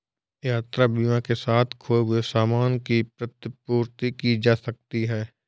यात्रा बीमा के साथ खोए हुए सामान की प्रतिपूर्ति की जा सकती है